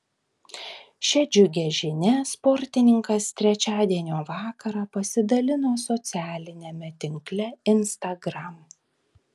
šia džiugia žinia sportininkas trečiadienio vakarą pasidalino socialiniame tinkle instagram